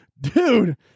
Dude